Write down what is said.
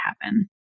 happen